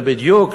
ובדיוק,